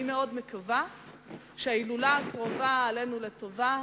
אני מאוד מקווה שההילולה הקרובה עלינו לטובה